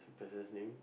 it's a person's name